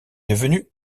devenu